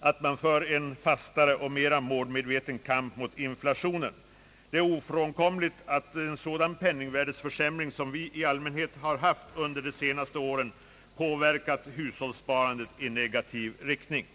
att man för en fastare och mera målmedveten kamp mot inflationen. Det är ofrånkomligt att en: sådan penningvärdeförsämring 'som vi haft under de senaste åren påverkat hushållssparandet i negativ riktning.